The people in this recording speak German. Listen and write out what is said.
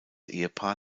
ehepaar